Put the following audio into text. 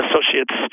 associate's